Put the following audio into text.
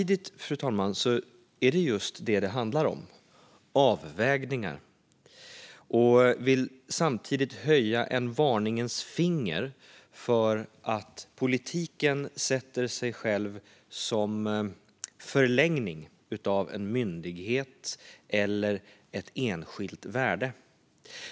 Det är just det som det handlar om, fru talman: avvägningar. Jag vill samtidigt höja ett varningens finger för att politiken sätter sig själv som förlängning av en myndighet eller ett enskilt värde.